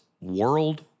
world